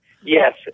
Yes